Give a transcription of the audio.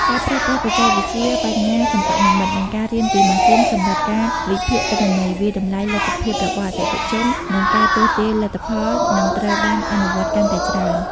ការប្រើប្រាស់បច្ចេកវិទ្យាបញ្ញាសិប្បនិម្មិត និងការរៀនពីម៉ាស៊ីន សម្រាប់ការវិភាគទិន្នន័យ វាយតម្លៃលទ្ធភាពរបស់អតិថិជន និងការទស្សន៍ទាយលទ្ធផលនឹងត្រូវបានអនុវត្តកាន់តែច្រើន។